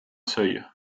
seuil